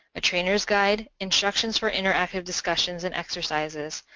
a trainer's guide, instructions for interactive discussions and exercises,